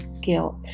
guilt